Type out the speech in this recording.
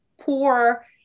poor